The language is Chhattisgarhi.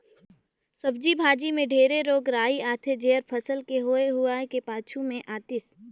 सब्जी भाजी मे ढेरे रोग राई आथे जेहर फसल के होए हुवाए के पाछू मे आतिस